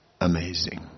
amazing